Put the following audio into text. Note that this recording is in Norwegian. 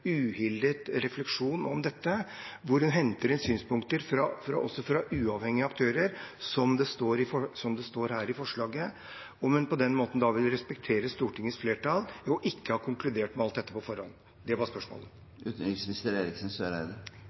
uhildet refleksjon om dette, hvor hun henter inn synspunkter også fra uavhengige aktører, som det står her i forslaget, og om hun på den måten vil respektere Stortingets flertall ved ikke å ha konkludert med alt dette på forhånd. Det var spørsmålet.